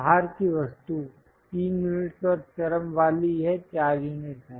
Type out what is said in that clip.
बाहर की वस्तु 3 यूनिट्स और चरम वाली यह 4 यूनिट्स हैं